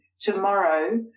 tomorrow